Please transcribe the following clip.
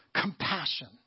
compassion